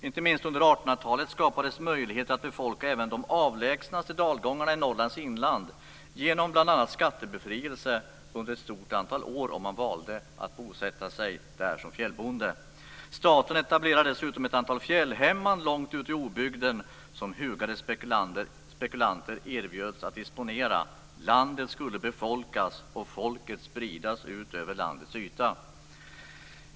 Inte minst under 1800-talet skapades möjligheter att befolka även de avlägsnaste dalgångarna i Norrlands inland genom bl.a. skattebefrielse under ett stort antal år om man valde att bosätta sig där som fjällbonde. Staten etablerade dessutom ett antal fjällhemman långt ute i obygden som hugade spekulanter erbjöds att disponera. Landet skulle befolkas, och folket spridas ut över landets yta.